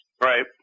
Right